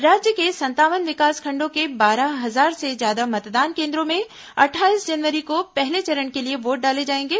राज्य के संतावन विकासखंडों के बारह हजार से ज्यादा मतदान केन्द्रों में अट्ठाईस जनवरी को पहले चरण के लिए वोट डाले जाएंगे